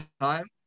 time